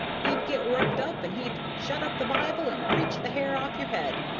he'd get worked up, and he'd shut up the bible and preach the hair off your head,